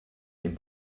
dem